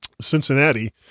Cincinnati